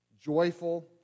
joyful